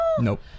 Nope